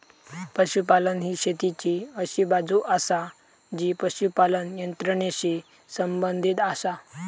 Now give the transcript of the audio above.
पशुपालन ही शेतीची अशी बाजू आसा जी पशुपालन यंत्रणेशी संबंधित आसा